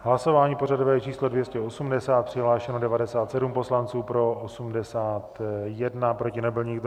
V hlasování pořadové číslo 280 přihlášeno 97 poslanců, pro 81, proti nebyl nikdo.